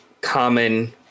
common